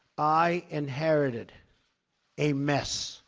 i inherited a mess.